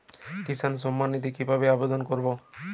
কিষান সম্মাননিধি কিভাবে আবেদন করব?